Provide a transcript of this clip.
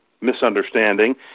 misunderstanding